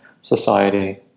society